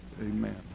Amen